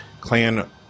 clan